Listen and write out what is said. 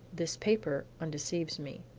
this paper undeceives me.